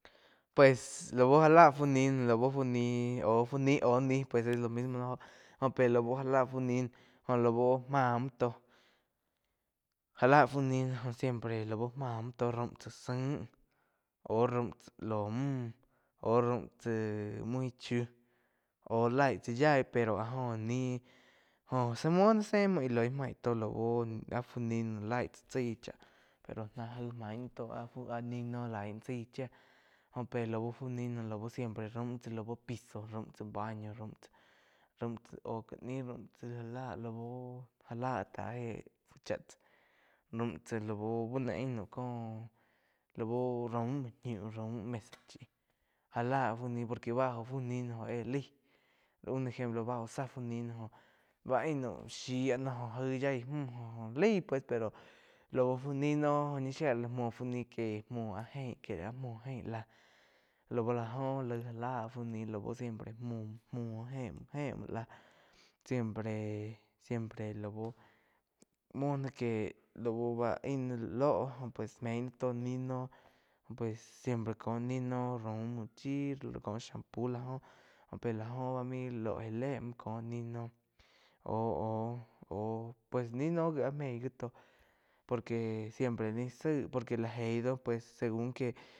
Pues lau já la fu ni no lau fu ni au ni pues es lo mismo jo óh pe lau já la fú nih jo lau máh muo, já la fú ni jo siempre láu máh muo tó raum tsá zaing ou raum chá lo muh ou raum tsá uin chiu ou laig tsá yaí pero áh joh níh jo muo sé muo íh loi maí to áh fu ni noh laig tsá chaí pero náh jaí maig náh tó áh fu ni noh laig náh chaig chía jó pe lau fu ni noh siempre raum tsá lau piso raum tsá baño raum tsá óh ká nih já lá lau. Já lá tá éh chá tsá raum tsá lau bú noh ain nau cóh lau raum muo ñiuh raum mesa chi já fa un ni por que bá óh fu nih noh jó éh laih un ejemplo bá no óh zá fu ni noh joh báh ain naum shíh áh no jo gai yaí mu jo laí pues pero lau fu ni noh shía la muo fu ni que muo áh jein que áh muo jein láh laú láh jo laig já la fu ni. Siempre muo jé muo siempre-siempre lau muo náh que báh ain náh lóh pues meí náh tó ni noh pues siempre cóh ni noh raum muo chi cóh shampoo la jóh jo pe la joh bá mai lóh já le muo cóh ni noh oh-oh pues ni noh áh meig gi tó por que siempre ni zaig por que la geí do según que.